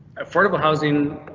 affordable housing.